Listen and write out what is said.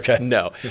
No